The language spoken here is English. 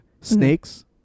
snakes